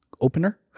opener